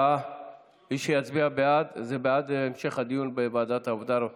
יצאה המשטרה בהודעה שנחטפה אישה שוהה במקלט.